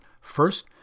First